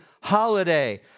holiday